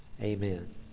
Amen